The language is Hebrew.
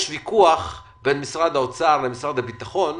יש ויכוח בין משרד האוצר למשרד הביטחון,